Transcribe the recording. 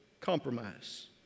compromise